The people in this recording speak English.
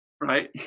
right